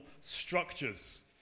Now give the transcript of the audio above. structures